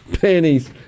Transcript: pennies